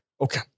Okay